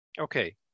Okay